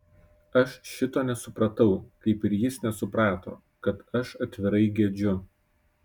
aš šito nesupratau kaip ir jis nesuprato kad aš atvirai gedžiu